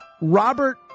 Robert